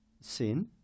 sin